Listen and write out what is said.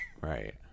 Right